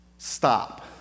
stop